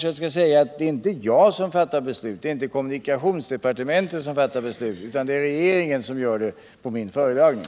Slutligen skall jag kanske erinra om att det inte är jag eller kommunikationsdepartementet som fattar beslut i sådana här ärenden utan regeringen som gör det på min föredragning.